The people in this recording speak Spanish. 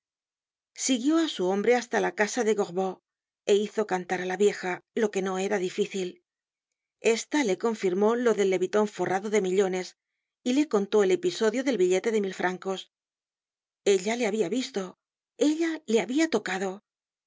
siguió á su hombre hasta la casa de gorbeau é hizo cantar á la vieja lo que no era difícil esta le confirmó lo del leviton forrado de millones y le contó el episodio del billete de mil francos ellale habia visto ella le habia tocado